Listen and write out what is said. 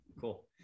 cool